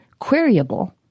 queryable